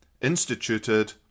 instituted